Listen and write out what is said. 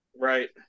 Right